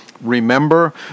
remember